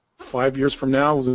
five years from now isn't